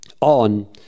on